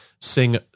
sing